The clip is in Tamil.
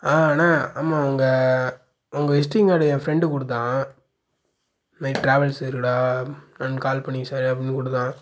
ஆ அண்ண ஆமாம் உங்க உங்கள் விஸ்டிங் கார்டு என் ஃபிரண்டு கொடுத்தான் இதுமாதிரி ட்ராவல்ஸ் இருக்குடா கால் பண்ணி விசாரி அப்படின்னு கொடுத்தான்